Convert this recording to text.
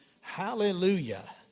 Hallelujah